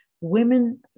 women